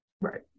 Right